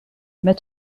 met